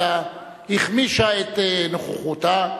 אלא החמישה את נוכחותה.